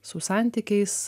su santykiais